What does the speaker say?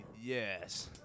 Yes